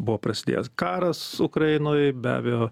buvo prasidėjęs karas ukrainoj be abejo